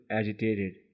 agitated